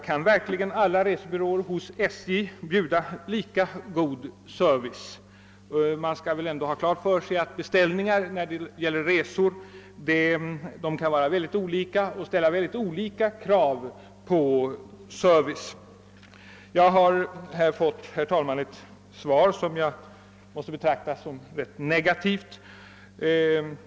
Kan verkligen alla byråer inom SJ:s resebyråorganisation bjuda lika god service? Vi skall ha klart för oss att beställningar av resor kan vara mycket olikartade och ställa högst olika krav på service. Jag har, herr talman, på min enkla fråga fått ett svar som jag måste be trakta som negativt.